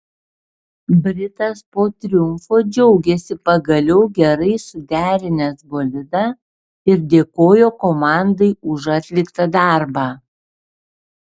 britas po triumfo džiaugėsi pagaliau gerai suderinęs bolidą ir dėkojo komandai už atliktą darbą